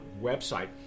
website